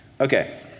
Okay